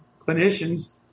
clinicians